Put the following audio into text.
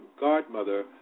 godmother